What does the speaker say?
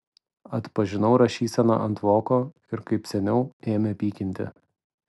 atpažinau rašyseną ant voko ir kaip seniau ėmė pykinti